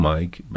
Mike